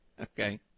Okay